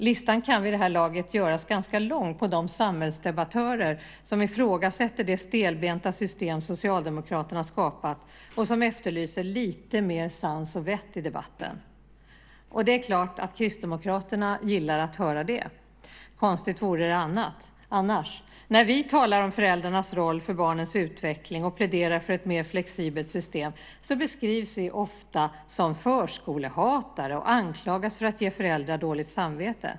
Listan kan vid det här laget göras ganska lång på de samhällsdebattörer som ifrågasätter det stelbenta system som Socialdemokraterna skapat och efterlyser lite mer sans och vett i debatten. Det är klart att Kristdemokraterna gillar att höra det. Konstigt vore det annars. När vi talar om föräldrarnas roll för barnens utveckling och pläderar för ett mer flexibelt system beskrivs vi ofta som förskolehatare och anklagas för att ge föräldrar dåligt samvete.